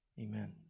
Amen